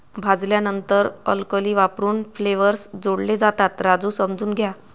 भाजल्यानंतर अल्कली वापरून फ्लेवर्स जोडले जातात, राजू समजून घ्या